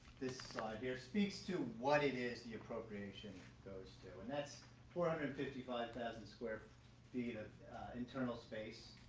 this slide here speaks to what it is the appropriation goes to and that's four hundred um and fifty five thousand square feet of internal space.